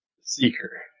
Seeker